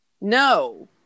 No